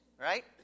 right